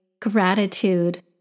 gratitude